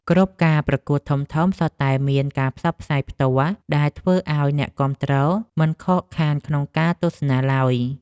គ្រប់ការប្រកួតធំៗសុទ្ធតែមានការផ្សាយផ្ទាល់ដែលធ្វើឱ្យអ្នកគាំទ្រមិនខកខានក្នុងការទស្សនាឡើយ។